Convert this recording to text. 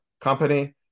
company